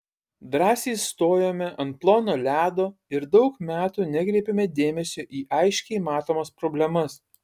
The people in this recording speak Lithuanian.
drąsiai stojome ant plono ledo ir daug metų nekreipėme dėmesio į aiškiai matomas problemas